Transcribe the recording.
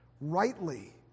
rightly